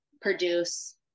produce